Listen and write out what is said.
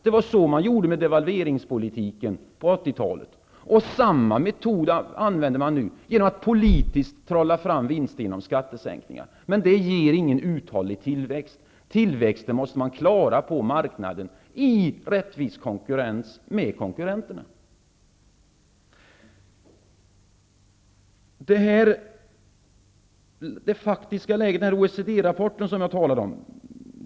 Det var så man gjorde med devalveringspolitiken på 80-talet. Samma metod används nu genom att politiskt trolla fram vinster med hjälp av skattesänkningar. Men det ger ingen uthållig tillväxt. Tillväxten måste klaras på marknaden i rättvis konkurrens med konkurrenterna. Jag nämnde OECD-rapporten.